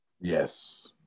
yes